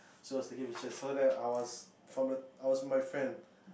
she was taking pictures so then I was from the I was with my friend